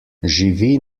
živi